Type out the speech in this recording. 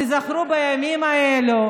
תיזכרו בימים האלה.